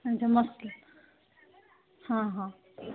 ଆଚ୍ଛା ମସଲା ହଁ ହଁ